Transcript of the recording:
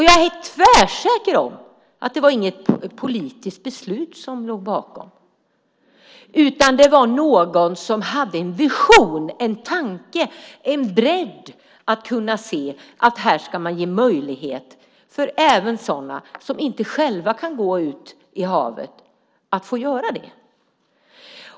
Jag är tvärsäker på att det inte var något politiskt beslut som låg bakom, utan det var någon som hade en vision, en tanke och en bredd att kunna se att man här kunde ge möjlighet även för dem som inte själva kan gå ut i havet att göra det.